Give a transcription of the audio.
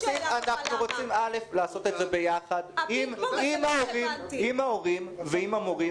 אנחנו רוצים לעשות את זה ביחד עם ההורים ועם המורים.